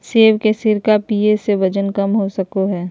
सेब के सिरका पीये से वजन कम हो सको हय